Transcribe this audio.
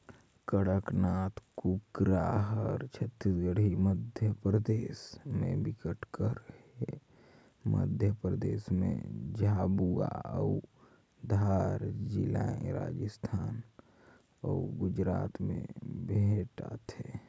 कड़कनाथ कुकरा हर छत्तीसगढ़, मध्यपरदेस में बिकट कर हे, मध्य परदेस में झाबुआ अउ धार जिलाए राजस्थान अउ गुजरात में भेंटाथे